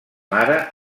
mare